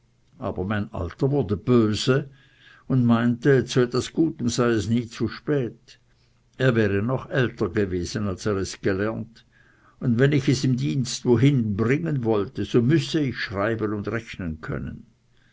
aber mein alter wurde böse und meinte zu etwas gutem sei es nie zu spät er wäre noch älter gewesen als er es gelernt und wenn ich es im dienste wohin bringen wolle so müßte ich schreiben und rechnen können